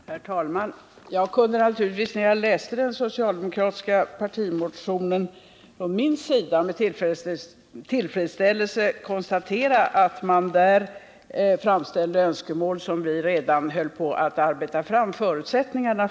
Herr talman? Jag kunde naturligtvis å min sida, när jag läste den socialdemokratiska partimotionen, med tillfredsställelse konstatera att man där framställde önskemål som låg i linje med regeringens ambitioner när det gäller att lösa ungdomsarbetslöshetsfrågor.